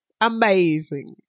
Amazing